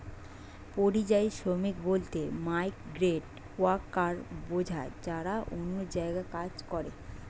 পরিযায়ী শ্রমিক বলতে মাইগ্রেন্ট ওয়ার্কার বোঝায় যারা অন্য জায়গায় কাজ করে